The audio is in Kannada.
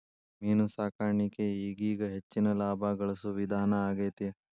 ಮೇನು ಸಾಕಾಣಿಕೆ ಈಗೇಗ ಹೆಚ್ಚಿನ ಲಾಭಾ ಗಳಸು ವಿಧಾನಾ ಆಗೆತಿ